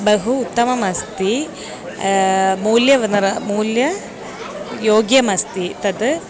बहु उत्तमम् अस्ति मूल्यं वनर मूल्यं योग्यमस्ति तत्